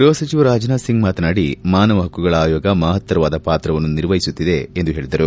ಗ್ರಹ ಸಚಿವ ರಾಜನಾಥ್ ಸಿಂಗ್ ಮಾತನಾಡಿ ಮಾನವ ಪಕ್ಷುಗಳ ಆಯೋಗ ಮಹತ್ತರವಾದ ಪಾತ್ರವನ್ನು ನಿರ್ವಹಿಸುತ್ತಿದೆ ಎಂದು ಹೇಳಿದರು